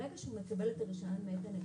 ברגע שהוא מקבל את הרישיון מאת הנגיד,